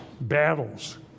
battles